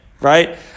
Right